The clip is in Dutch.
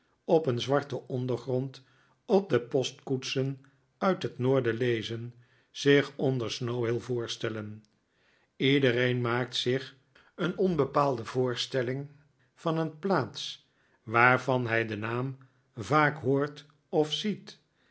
op een zwarten ondergrond op de postkoetsen uit het noorden lezen zich onder snow hill voorstellen iedereen maakt zich een onbepaalde voorstelling van een plaats waarvan hij de naam vaak hoort of ziet